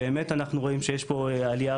באמת אנחנו רואים שיש פה עלייה